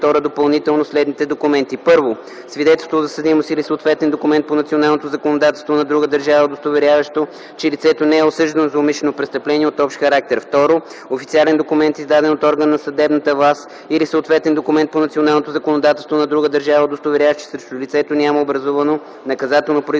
1. свидетелство за съдимост или съответен документ по националното законодателство на друга държава, удостоверяващо, че лицето не е осъждано за умишлено престъпление от общ характер; 2. официален документ, издаден от орган на съдебната власт, или съответен документ по националното законодателство на друга държава, удостоверяващ, че срещу лицето няма образувано наказателно производство